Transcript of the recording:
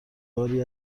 باری